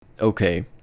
Okay